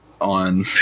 on